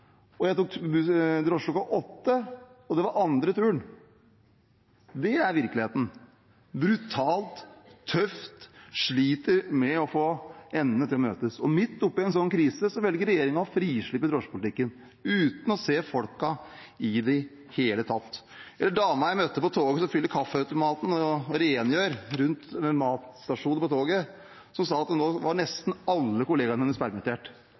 jeg tok drosje kl. 08.00, og det var den andre turen til sjåføren. Det er virkeligheten. Det er brutalt og tøft, og man sliter med å få endene til å møtes. Midt oppi en sånn krise velger regjeringen å frislippe drosjepolitikken, uten å se folkene i det hele tatt. På toget møtte jeg en dame som fyller på kaffeautomaten og rengjør rundt matstasjonene på toget. Hun sa at nesten alle kollegaene hennes nå var